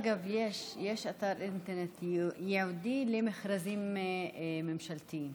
אגב, יש אתר אינטרנט ייעודי למכרזים ממשלתיים.